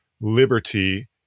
liberty